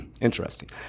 Interesting